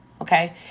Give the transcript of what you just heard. Okay